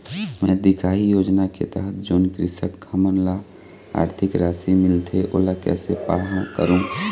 मैं दिखाही योजना के तहत जोन कृषक हमन ला आरथिक राशि मिलथे ओला कैसे पाहां करूं?